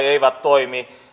eivät toimi